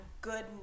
good